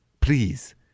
please